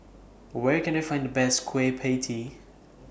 Where Can I Find The Best Kueh PIE Tee